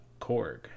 Korg